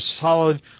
solid